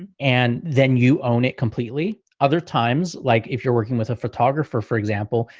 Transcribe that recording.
and and then you own it completely. other times, like if you're working with a photographer, for example,